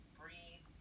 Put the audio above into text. breathe